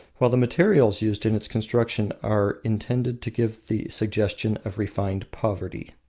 while the materials used in its construction are intended to give the suggestion of refined poverty.